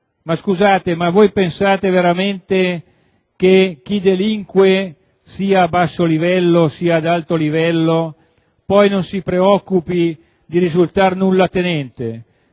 Ma scusate, voi pensate veramente che chi delinque, sia a basso livello che ad alto livello, si preoccupi di risultare nullatenente